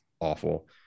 awful